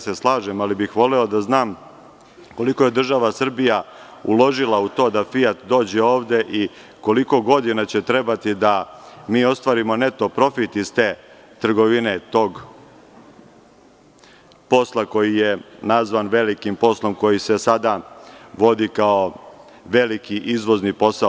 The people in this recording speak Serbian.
Slažem se, ali bih voleo da znam koliko je država Srbija uložila u to da „Fijat“ dođe ovde i koliko godina će trebati da mi ostvarimo neto profit iz te trgovine tog posla koji je nazvan velikim poslom, koji se sada vodi kao veliki izvozni posao.